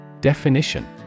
Definition